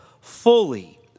fully